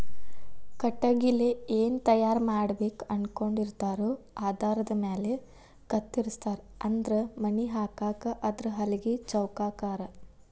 ಕಟಗಿಲೆ ಏನ ತಯಾರ ಮಾಡಬೇಕ ಅನಕೊಂಡಿರತಾರೊ ಆಧಾರದ ಮ್ಯಾಲ ಕತ್ತರಸ್ತಾರ ಅಂದ್ರ ಮನಿ ಹಾಕಾಕ ಆದ್ರ ಹಲಗಿ ಚೌಕಾಕಾರಾ